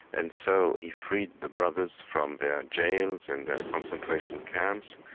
and so he freed the brothers from their jails and their concentration camps,